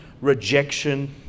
rejection